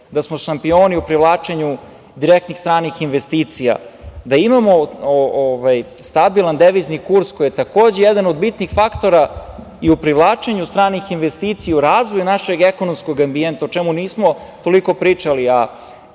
Da smo šampioni u privlačenju direktnih stranih investicija, da imamo stabilan devizni kurs koji je takođe jedan od bitnih faktora i u privlačenju stranih investicija, u razvoju našeg ekonomskog ambijenta o čemu nismo toliko pričali.